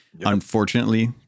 unfortunately